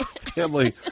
Family